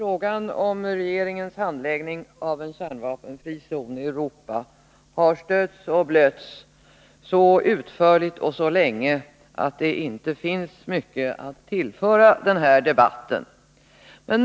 Herr talman! Regeringens handläggning av frågan om en kärnvapenfri zon i Europa har stötts och blötts så utförligt och så länge att det inte finns mycket att tillföra den här debatten.